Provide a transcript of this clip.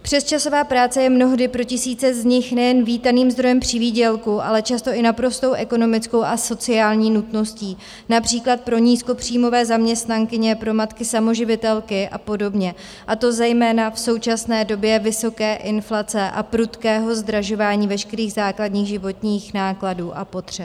Přesčasová práce je mnohdy pro tisíce z nich nejen vítaným zdrojem přivýdělku, ale často i naprostou ekonomickou a sociální nutností, například pro nízkopříjmové zaměstnankyně, pro matky samoživitelky a podobně, a to zejména v současné době vysoké inflace a prudkého zdražování veškerých základních životních nákladů a potřeb.